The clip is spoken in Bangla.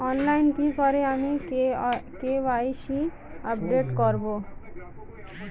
অনলাইনে কি করে আমি কে.ওয়াই.সি আপডেট করব?